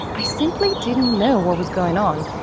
i simply didn't know what was going on,